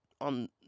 on